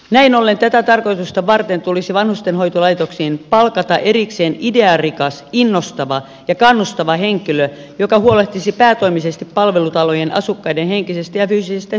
näin ollen tätä tarkoitusta varten tulisi vanhustenhoitolaitoksiin palkata erikseen idearikas innostava ja kannustava henkilö joka huolehtisi päätoimisesti palvelutalojen asukkaiden henkisestä ja fyysisestä hyvinvoinnista